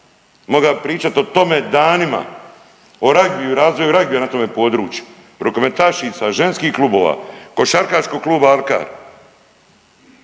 moga bi pričat o tome danima o ragbiju i razvoju ragbija na tome području, rukometašica, ženskih klubova, Košarkaškog kluba Alkar,